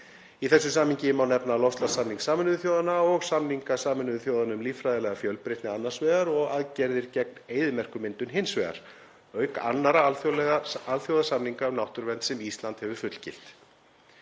Í þessu samhengi má nefna loftslagssamning Sameinuðu þjóðanna og samninga Sameinuðu þjóðanna um líffræðilega fjölbreytni annars vegar og aðgerðir gegn eyðimerkurmyndun hins vegar, auk annarra alþjóðasamninga um náttúruvernd sem Ísland hefur fullgilt.